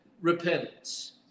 repentance